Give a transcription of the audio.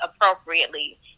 appropriately